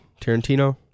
Tarantino